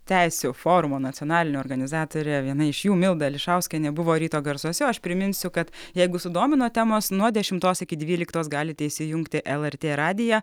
teisių forumo nacionalinio organizatorė viena iš jų milda ališauskienė buvo ryto garsuose o aš priminsiu kad jeigu sudomino temos nuo dešimtos iki dvyliktos galite įsijungti lrt radiją